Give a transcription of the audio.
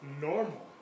normal